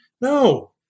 No